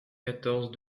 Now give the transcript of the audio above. quatorze